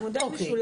הוא מודל משולב.